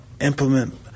implement